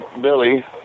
Billy